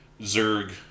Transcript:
Zerg